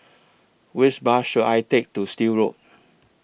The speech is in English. Which Bus should I Take to Still Road